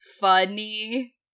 funny